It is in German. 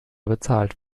bezahlt